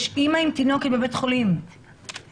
ההגדרות של ה-THC וה-CBD אנחנו נרחיב אותן